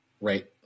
Right